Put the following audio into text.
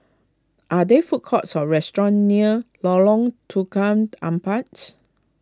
are there food courts or restaurants near Lorong Tukang Empat